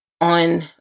on